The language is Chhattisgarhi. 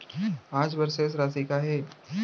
आज बर शेष राशि का हे?